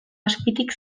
azpitik